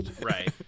Right